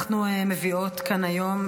נעבור לנושא הבא על סדר-היום,